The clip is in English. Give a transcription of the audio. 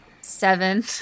Seven